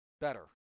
better